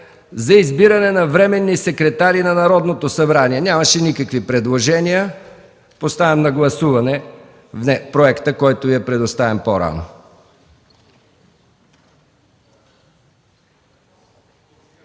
за избиране на временни секретари на Народното събрание. Нямаше никакви предложения. Поставям на гласуване проекта, който Ви е предоставен по-рано.